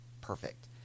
Perfect